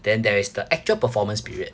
then there is the actual performance period